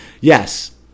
Yes